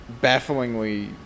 bafflingly